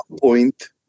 point